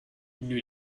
new